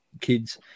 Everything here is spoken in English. kids